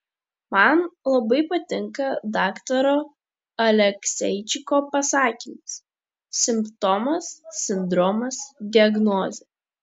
man labai patinka daktaro alekseičiko pasakymas simptomas sindromas diagnozė